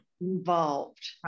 involved